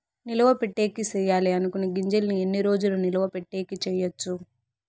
నిలువ పెట్టేకి సేయాలి అనుకునే గింజల్ని ఎన్ని రోజులు నిలువ పెట్టేకి చేయొచ్చు